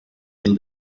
mil